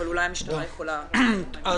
אבל אולי המשטרה יכולה --- תודה,